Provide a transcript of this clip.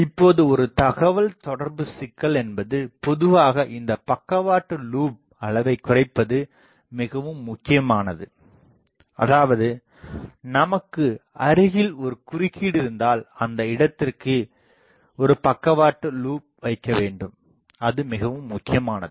இப்போது ஒரு தகவல்தொடர்பு சிக்கல் என்பது பொதுவாக இந்தப் பக்கவாட்டு லூப் அளவைக் குறைப்பது மிகவும் முக்கியமானதுஅதாவது நமக்கு அருகில் ஒரு குறுக்கீடு இருந்தால் அந்த இடத்திற்கு ஒரு பக்கவாட்டு லூப் வைக்க வேண்டும் அது மிகவும் முக்கியமானது